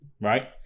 right